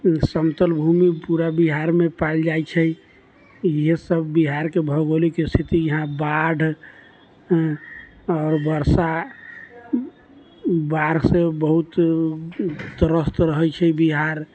समतल भूमि पूरा बिहारमे पायल जाइ छै इएहे सब बिहारके भौगोलिक स्थिति यहाँ बाढ़ि आओर बरसा बाढ़िसँ बहुत त्रस्त रहै छै बिहार